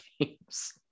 games